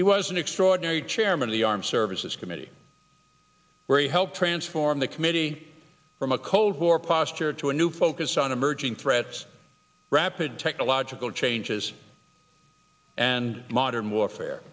it was an extraordinary chairman of the armed services committee where he helped transform the committee from a cold war posture to a new focus on emerging threats rapid technological changes and modern warfare